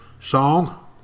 Song